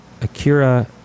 Akira